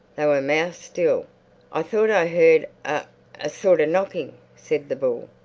they were mouse-still. i thought i heard a a sort of knocking, said the bull.